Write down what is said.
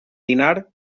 dinar